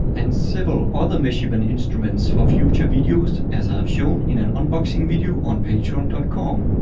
and several other measurement instruments for future videos as i have shown in an unboxing video on patreon com.